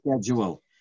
schedule